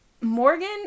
Morgan